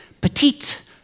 Petite